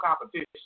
competition